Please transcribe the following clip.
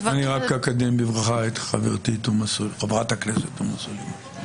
אקדם בברכה את חברתי חברת הכנסת תומא סלימאן